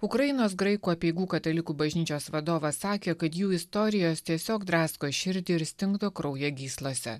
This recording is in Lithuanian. ukrainos graikų apeigų katalikų bažnyčios vadovas sakė kad jų istorijos tiesiog drasko širdį ir stingdo kraują gyslose